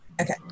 Okay